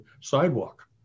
sidewalk